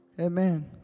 Amen